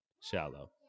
shallow